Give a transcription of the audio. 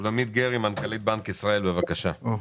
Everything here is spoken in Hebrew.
שולמית גרי, מנכ"לית בנק ישראל, בבקשה.